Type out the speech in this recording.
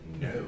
No